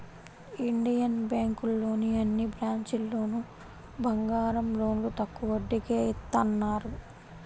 Indian బ్యేంకులోని అన్ని బ్రాంచీల్లోనూ బంగారం లోన్లు తక్కువ వడ్డీకే ఇత్తన్నారు